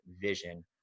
vision